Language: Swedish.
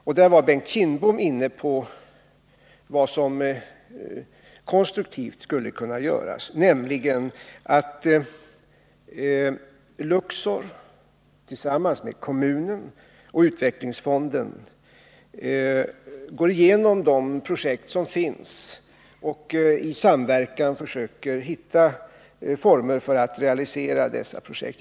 Där berörde Bengt Kindbom vad som konstruktivt skulle kunna göras, nämligen att Luxor tillsammans med kommunen och utvecklingsfonden går igenom de projekt som finns och i samverkan försöker finna former för att realisera detta projekt.